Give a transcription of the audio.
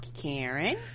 karen